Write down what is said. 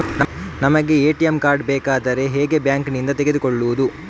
ನಮಗೆ ATM card ಬೇಕಾದ್ರೆ ಹೇಗೆ ಬ್ಯಾಂಕ್ ನಿಂದ ತೆಗೆದುಕೊಳ್ಳುವುದು?